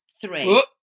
three